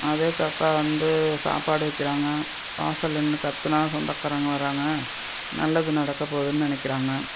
அதே காக்கா வந்து சாப்பாடு வைக்கிறாங்க வாசலில் நின்று கத்துன்னால் சொந்தக்காரவங்க வராங்க நல்லது நடக்கப்போகுதுன்னு நினைக்கிறாங்க